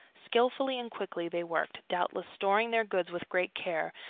skilfully and quickly they worked, doubtless storing their goods with great care,